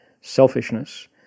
selfishness